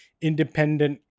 independent